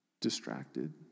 distracted